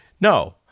no